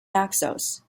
naxos